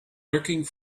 lurking